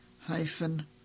hyphen